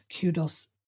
kudos